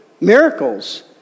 miracles